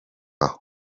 aho